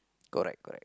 correct correct